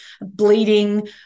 bleeding